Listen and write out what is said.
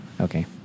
Okay